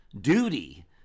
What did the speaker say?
duty